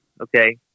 Okay